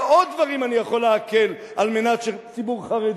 עוד דברים אני יכול להקל על מנת שהציבור החרדי,